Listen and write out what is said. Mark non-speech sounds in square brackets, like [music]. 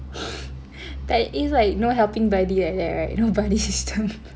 [laughs] that is like no helping buddy like that right no buddy system [laughs]